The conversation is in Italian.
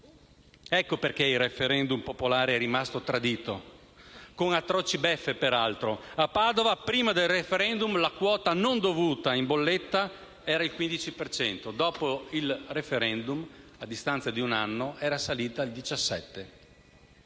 Ecco perché il *referendum* popolare è rimasto tradito, con atroci beffe peraltro. A Padova, prima del *referendum*, la quota non dovuta in bolletta era il 15 per cento. Dopo il *referendum*, a distanza di un anno, era salita al 17